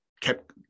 kept